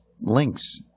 links